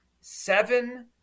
seven